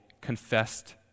confessed